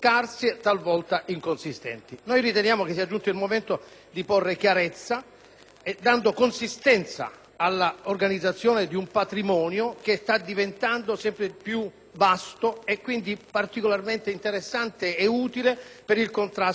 dando consistenza all'organizzazione di un patrimonio che sta diventando sempre più vasto e quindi particolarmente interessante ed utile per il contrasto al crimine organizzato.